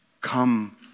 come